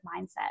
mindset